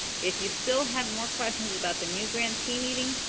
if you still have more questions about the new grantee meeting,